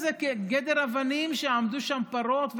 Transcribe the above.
איזה גדר אבנים שעמדו שם פרות,